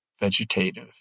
vegetative